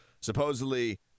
Supposedly